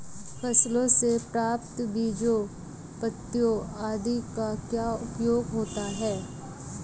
फसलों से प्राप्त बीजों पत्तियों आदि का क्या उपयोग होता है?